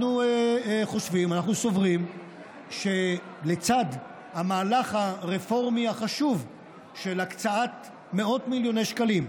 אנחנו סוברים שלצד המהלך הרפורמי החשוב של הקצאת מאות מיליוני שקלים,